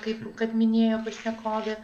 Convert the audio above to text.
kaip kad minėjo pašnekovė